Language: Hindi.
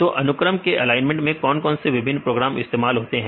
तो अनुक्रम के एलाइनमेंट में कौन कौन से विभिन्न प्रोग्राम इस्तेमाल होते हैं